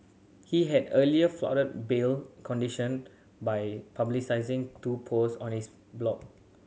he had earlier flouted bail condition by publicising two post on his blog